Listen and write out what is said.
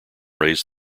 raised